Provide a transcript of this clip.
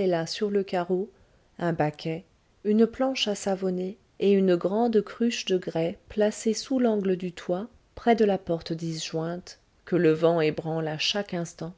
et là sur le carreau un baquet une planche à savonner et une grande cruche de grès placée sous l'angle du toit près de la porte disjointe que le vent ébranle à chaque instant